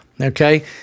Okay